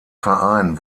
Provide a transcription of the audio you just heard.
verein